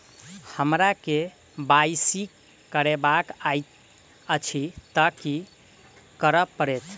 हमरा केँ Y C करेवाक अछि तऽ की करऽ पड़तै?